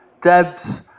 Debs